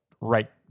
right